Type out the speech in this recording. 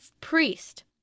priest